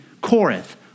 Corinth